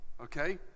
okay